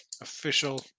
official